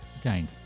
again